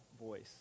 voice